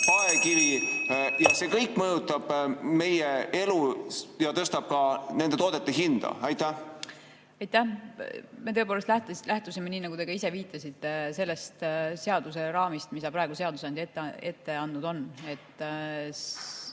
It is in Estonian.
kella.) ja see kõik mõjutab meie elu ja tõstab ka nende toodete hinda. Aitäh! Me tõepoolest lähtusime, nii nagu te ka ise viitasite, sellest seaduseraamist, mille praegu seadusandja ette andnud on.